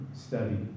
study